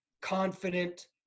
confident